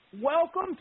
welcome